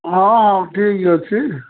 ହଁ ହଁ ଠିକ୍ ଅଛି